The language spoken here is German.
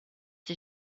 die